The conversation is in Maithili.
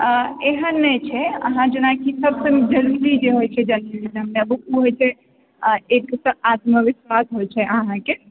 एहन नहि छै अहाँ जेनाकी सबसँ जल्दी जे होइ छै ओ होइ छै एकतऽ आत्मविश्वास होइ छै अहाँकेँ